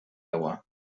agua